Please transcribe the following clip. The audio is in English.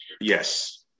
Yes